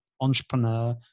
entrepreneur